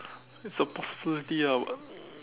that's a possibility ah but